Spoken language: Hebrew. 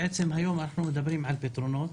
בעצם היום אנחנו מדברים על פתרונות.